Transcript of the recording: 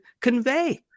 convey